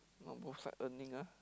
now both side earning ah